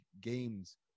games